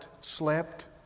slept